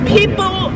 People